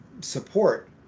support